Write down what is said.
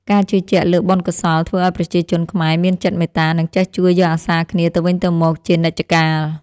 ការជឿជាក់លើបុណ្យកុសលធ្វើឱ្យប្រជាជនខ្មែរមានចិត្តមេត្តា និងចេះជួយយកអាសាគ្នាទៅវិញទៅមកជានិច្ចកាល។